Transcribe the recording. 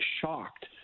shocked